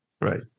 Right